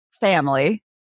family